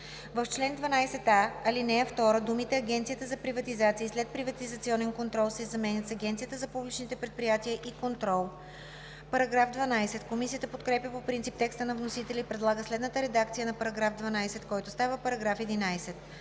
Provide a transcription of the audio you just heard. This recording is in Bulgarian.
в чл. 12а, ал. 2 думите „Агенцията за приватизация и следприватизационен контрол“ се заменят с „Агенцията за публичните предприятия и контрол“.“ Комисията подкрепя по принцип текста на вносителя и предлага следната редакция на § 12, който става § 11: „§ 11.